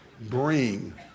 bring